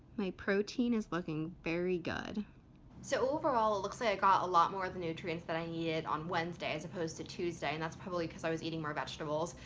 my protein is looking very good so overall it looks like i got a lot more of the nutrients that i needed on wednesday as opposed to tuesday and that's probably because i was eating more vegetables.